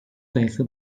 sayısı